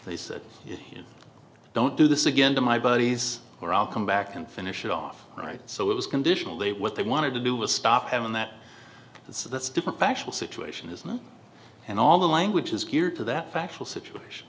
they said don't do this again to my buddies or i'll come back and finish it off right so it was conditional that what they wanted to do was stop having that so that's different factual situation is not and all the language is geared to that factual situation